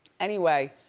anyway